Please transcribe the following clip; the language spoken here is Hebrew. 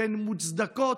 שהן מוצדקות,